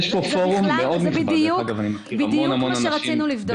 זה בדיוק מה שרצינו לבדוק.